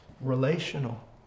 Relational